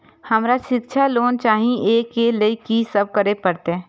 हमरा शिक्षा लोन चाही ऐ के लिए की सब करे परतै?